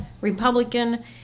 Republican